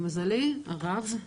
למזלי הרב,